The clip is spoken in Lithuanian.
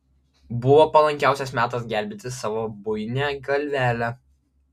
buvo palankiausias metas gelbėti savo buinią galvelę